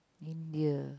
India